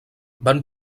van